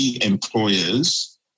employers